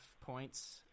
points